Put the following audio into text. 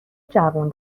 جوون